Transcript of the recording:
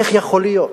איך יכול להיות?